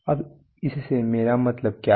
अब इससे मेरा मतलब क्या है